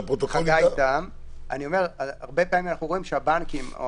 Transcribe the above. הרבה פעמים אנחנו רואים שהבנקים או